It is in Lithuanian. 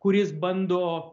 kuris bando